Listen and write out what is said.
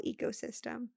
ecosystem